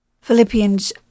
Philippians